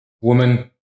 woman